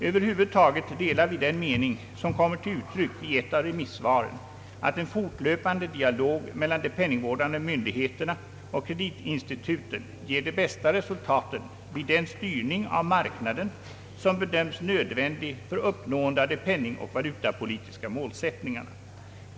Över huvud taget delar vi den mening som kommer till uttryck i ett av remissvaren att en fortlöpande dialog mellan de penningvårdande myndigheterna och kreditinstituten ger de bästa resultaten vid den styrning av marknaden som bedöms nödvändig för uppnående av de penningoch valutapolitiska målsättningarna.